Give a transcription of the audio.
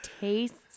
tastes